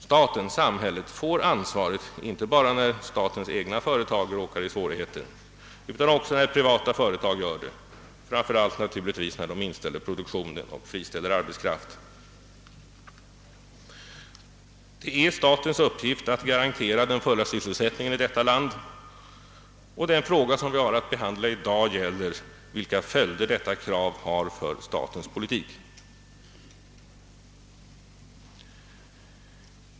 Staten, samhället, får bära ansvaret inte bara när statens egna företag råkar i svårigheter utan också när privata företag gör det, framför allt naturligtvis när de inställer produktionen och friställer arbetskraft. Det är statens uppgift att garantera den fulla sysselsättningen i detta land, och den fråga vi har att behandla i dag gäller vilka följder detta får för statens politik.